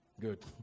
Good